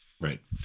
right